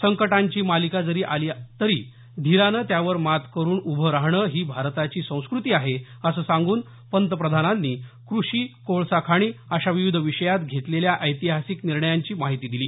संकटांची मालिका जरी आली तरी धीराने त्यावर मात करुन उभं राहणं ही भारताची संस्कृती आहे असं सांगून पंतप्रधानांनी कृषी कोळसा खाणी अशा विविध विषयांत घेतलेल्या ऐतिहासिक निर्णयांची माहीती दिली